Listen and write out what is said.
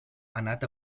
anat